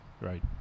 Right